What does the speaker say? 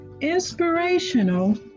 inspirational